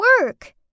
work